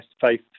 faith